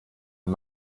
und